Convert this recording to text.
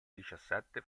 diciassette